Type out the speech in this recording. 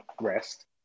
rest